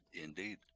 indeed